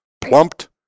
plumped